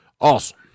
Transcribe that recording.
Awesome